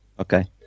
Okay